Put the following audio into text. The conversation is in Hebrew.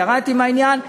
וירדתי מהעניין.